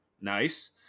Nice